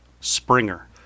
Springer